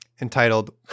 entitled